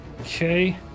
Okay